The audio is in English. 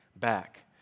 Back